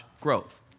growth